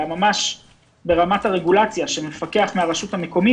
אלא ממש ברמה של רגולציה שמפקח מהרשות המקומית